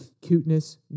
cuteness